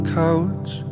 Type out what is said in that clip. couch